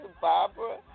Barbara